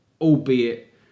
albeit